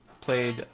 played